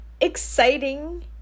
exciting